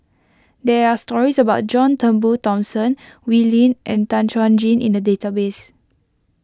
there are stories about John Turnbull Thomson Wee Lin and Tan Chuan Jin in the database